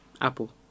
Apple